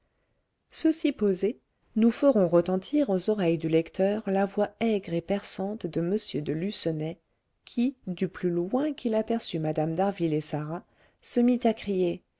ceci posé nous ferons retentir aux oreilles du lecteur la voix aigre et perçante de m de lucenay qui du plus loin qu'il aperçut mme d'harville et sarah se mit à crier